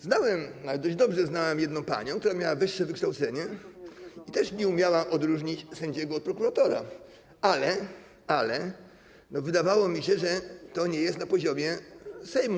Znałem, nawet dość dobrze, jedną panią, która miała wyższe wykształcenie i też nie umiała odróżnić sędziego od prokuratora, ale wydawało mi się, że to nie jest na poziomie Sejmu.